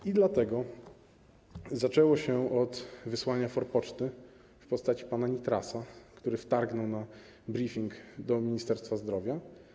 I dlatego zaczęło się od wysłania forpoczty w postaci pana Nitrasa, który wtargnął na briefing do Ministerstwa Zdrowia.